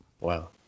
Wow